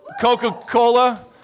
Coca-Cola